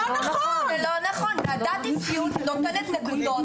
זה לא נכון ועדת אפיון נותנת נקודות,